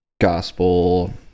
gospel